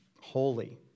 holy